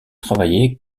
travaillé